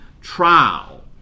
trial